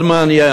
מאוד מעניין,